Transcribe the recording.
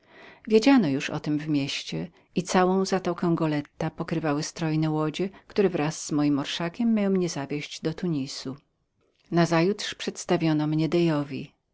wiedziano już o tem w mieście i całą zatokę golety pokrywały strojne łodzie które wraz z moim orszakiem miały mnie przewieźć do tunis nazajutrz przedstawiano